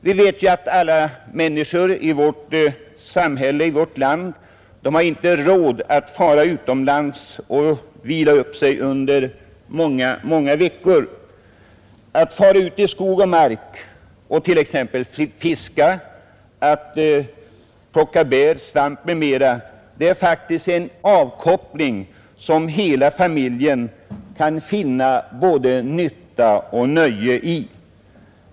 Det är inte alla människor i vårt land som har råd att resa utomlands för att vila upp sig under flera veckor, men att fara ut i skog och mark för att fiska eller för att plocka bär och svamp är faktiskt en avkoppling, som hela familjen kan finna både nytta och nöje av.